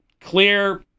clear